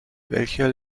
welcher